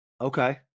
Okay